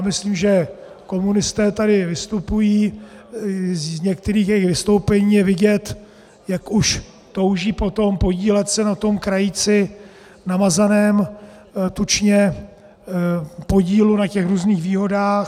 Myslím, že komunisté tady vystupují, z některých jejich vystoupení je vidět, jak už touží po tom podílet se na tom krajíci namazaném tučně, podílu na těch různých výhodách.